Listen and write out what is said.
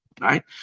right